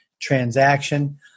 transaction